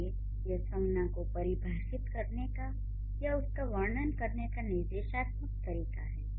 इसलिए यह संज्ञा को परिभाषित करने या उसका वर्णन करने का निर्देशात्मक तरीका है